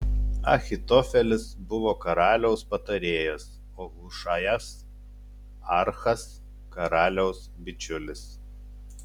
ahitofelis buvo karaliaus patarėjas o hušajas archas karaliaus bičiulis